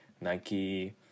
Nike